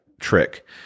trick